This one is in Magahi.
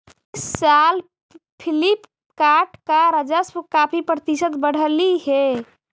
इस साल फ्लिपकार्ट का राजस्व काफी प्रतिशत बढ़लई हे